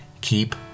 Keep